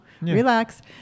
relax